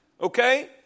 Okay